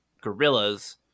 gorillas